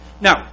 Now